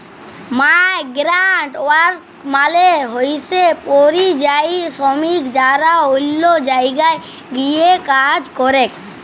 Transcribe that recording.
migrant worker মালে হইসে পরিযায়ী শ্রমিক যারা অল্য জায়গায় গিয়ে কাজ করেক